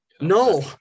No